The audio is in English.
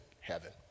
heaven